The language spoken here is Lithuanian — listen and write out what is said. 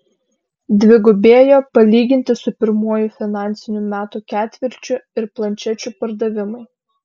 dvigubėjo palyginti su pirmuoju finansinių metų ketvirčiu ir planšečių pardavimai